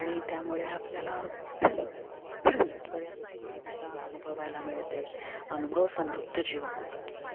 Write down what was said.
आणि त्यामुळे आपल्याला बऱ्यापैकी विविधता अनुभवायला मिळते अनुभव समृद्ध जीवन होतं अगदी